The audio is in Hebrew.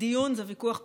דיון זה ויכוח פוליטי.